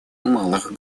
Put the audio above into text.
малых